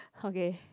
okay